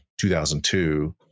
2002